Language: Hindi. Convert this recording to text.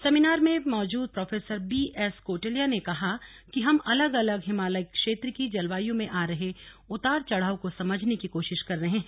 सेमिनार में मौजूद प्रोफेसर बीएस कोटलिया ने कहा कि हम अलग अलग हिमालयी क्षेत्र की जलवायु में आ रहे उतार चढ़ाव को समझने की कोशिश कर रहे हैं